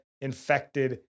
infected